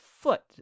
foot